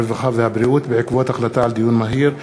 הרווחה והבריאות בעקבות דיון מהיר בנושא: